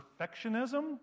perfectionism